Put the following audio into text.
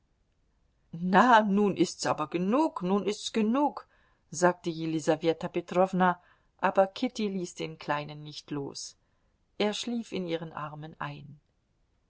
na nun ist's aber genug nun ist's genug sagte jelisaweta petrowna aber kitty ließ den kleinen nicht los er schlief in ihren armen ein